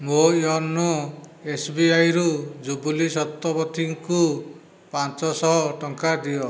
ମୋ YONO S B I ରୁ ଜୁବ୍ଲି ଶତପଥୀଙ୍କୁ ପାଞ୍ଚ ଶହ ଟଙ୍କା ଦିଅ